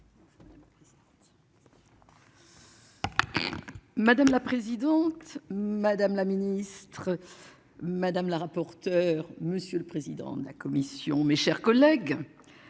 Madame la présidente, madame la ministre. Madame la rapporteure. Monsieur le président de la commission. Mes chers collègues.